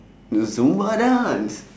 know zumba dance